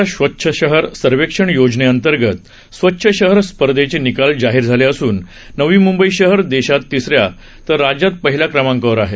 केंद्र सरकारच्या स्वच्छ शहर सर्वेक्षण योजनेतर्गत स्वच्छ शहर स्पर्धेचे निकाल जाहिर झाले असून नवी मुंबई शहर देशात तिसऱ्या तर राज्यात पहिल्या क्रमांकावर आहे